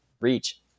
reach